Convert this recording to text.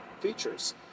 features